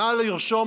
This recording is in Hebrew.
נא לרשום